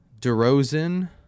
DeRozan